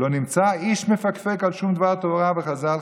"לא נמצא איש מפקפק על שום דבר תורה וחז"ל,